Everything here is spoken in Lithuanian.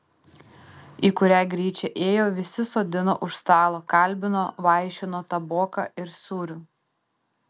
į kurią gryčią ėjo visi sodino už stalo kalbino vaišino taboka ir sūriu